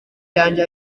yanjye